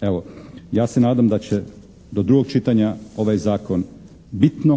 Evo, ja se nadam da će do drugog čitanja ovaj zakon bitno